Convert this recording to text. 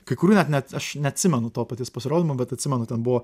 kai kurių net ne aš neatsimenu to paties pasirodymo bet atsimenu ten buvo